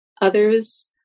others